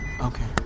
Okay